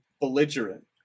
belligerent